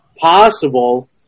Possible